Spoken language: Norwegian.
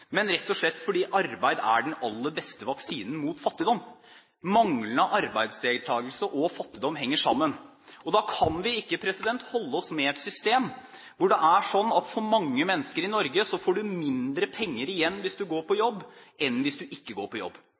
men rett og slett fordi arbeid er den aller beste vaksinen mot fattigdom. Manglende arbeidsdeltakelse og fattigdom henger sammen. Da kan vi ikke holde oss med et system hvor det for mange mennesker i Norge er slik at en får mindre penger igjen hvis en går på jobb, enn hvis en ikke går på jobb.